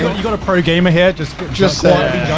you got a pro gamer here just just saying.